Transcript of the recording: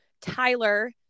tyler